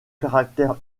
caractère